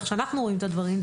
איך שאנחנו רואים את הדברים,